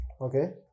Okay